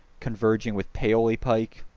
converging with paoli pike.